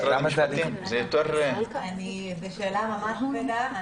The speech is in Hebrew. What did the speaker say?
זו שאלה ממש כבדה.